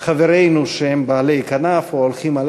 בחברינו שהם בעלי כנף או הולכים על